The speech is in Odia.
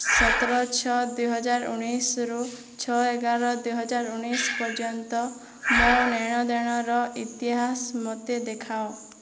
ସତର ଛଅ ଦୁଇହଜାର ଉଣେଇଶରୁ ଛଅ ଏଗାର ଦୁଇହଜାର ଉଣେଇଶ ପର୍ଯ୍ୟନ୍ତ ମୋ ନେଣ ଦେଣର ଇତିହାସ ମୋତେ ଦେଖାଅ